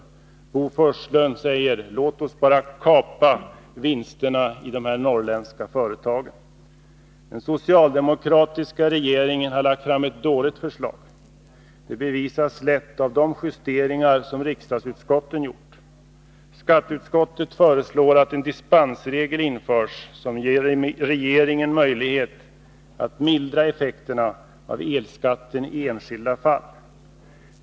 Bo Forslund säger: Låt oss bara kapa vinsterna i de här norrländska företagen! Den socialdemokratiska regeringen har lagt fram ett dåligt förslag. Det bevisas lätt av de justeringar som riksdagsutskotten gjort. Skatteutskottet föreslår att en dispensregel införs, som ger regeringen möjlighet att mildra effekterna av elskatten i enskilda fall.